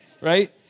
Right